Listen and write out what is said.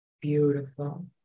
Beautiful